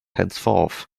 henceforth